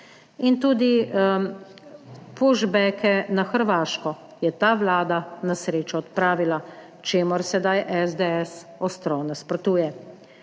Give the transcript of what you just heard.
In tudi "pushbacke" na Hrvaško je ta Vlada na srečo odpravila, čemur sedaj SDS ostro nasprotuje.